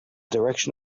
direction